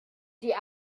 die